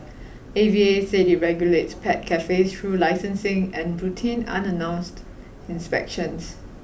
A V A said it regulates pet cafes through licensing and routine unannounced inspections